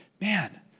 Man